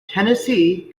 tennessee